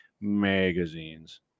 magazines